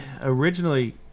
originally